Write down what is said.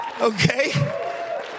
Okay